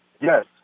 yes